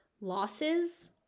losses